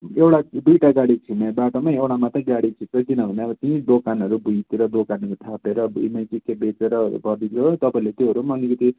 एउटा दुइटा गाडी छिर्ने बाटोमा एउटा मात्रै गाडी छिर्छ किनभने अब ती दोकानहरू भुइँतिर दोकानहरू थापेर भुइँमै के के बेचेरहरू गर्दिन्छ हो तपाईँहरूले त्योहरू पनि अलिकति